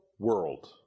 world